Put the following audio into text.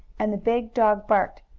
and the big dog barked.